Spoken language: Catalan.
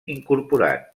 incorporat